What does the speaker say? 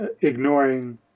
ignoring